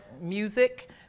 music